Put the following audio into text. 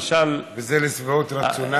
זה לשביעות רצונם?